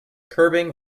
curving